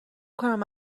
کنم